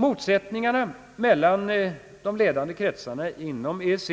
Motsättningarna mellan de ledande kretsar inom EEC,